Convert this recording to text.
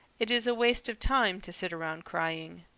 it is a waste of time to sit around crying.